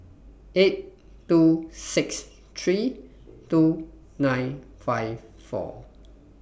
eight two six three two nine five four